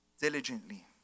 diligently